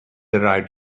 arrived